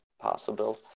possible